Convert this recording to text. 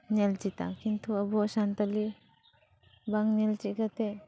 ᱧᱮᱞ ᱪᱮᱫᱟ ᱠᱤᱱᱛᱩ ᱟᱵᱚᱣᱟᱜ ᱥᱟᱱᱛᱟᱞᱤ ᱵᱟᱝ ᱧᱮᱞ ᱪᱮᱫ ᱠᱟᱛᱮ